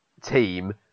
team